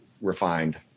refined